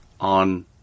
on